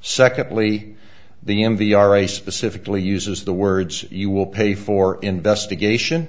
secondly the m v r a specifically uses the words you will pay for investigation